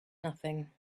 nothing